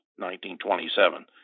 1927